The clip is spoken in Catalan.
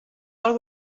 del